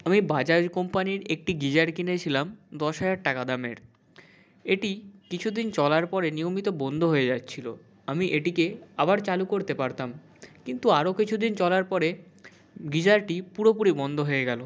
আমি বাজাজ কোম্পানির একটি গিজার কিনেছিলাম দশ হাজার টাকা দামের এটি কিছু দিন চলার পরে নিয়মিত বন্ধ হয়ে যাচ্ছিলো আমি এটিকে আবার চালু করতে পারতাম কিন্তু আরো কিছু দিন চলার পরে গিজারটি পুরোপুরি বন্ধ হয়ে গেলো